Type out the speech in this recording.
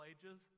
Ages